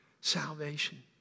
salvation